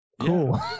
Cool